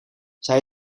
zij